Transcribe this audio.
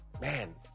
man